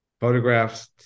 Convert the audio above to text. photographs